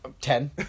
Ten